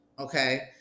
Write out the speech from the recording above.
Okay